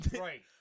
right